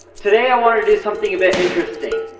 today i wanna do something a bit interesting.